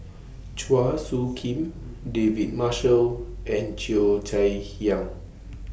Chua Soo Khim David Marshall and Cheo Chai Hiang